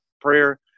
prayer